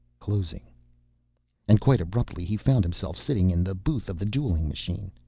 closing and, quite abruptly, he found himself sitting in the booth of the dueling machine.